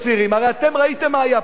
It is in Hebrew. הרי אתם ראיתם מה היה פה היום.